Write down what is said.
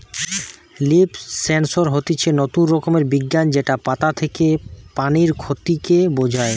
leaf sensor হতিছে নতুন রকমের বিজ্ঞান যেটা পাতা থেকে পানির ক্ষতি কে বোঝায়